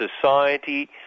society